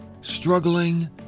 struggling